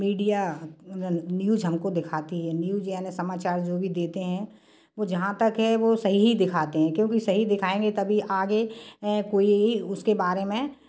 media news हमको दिखाती है न्यूज़ यानि समाचार जो भी देते हैं वह जहाँ तक है वह सही ही दिखाते हैं क्योंकि सही दिखाएंगे तभी आगे कोई उसके बारे में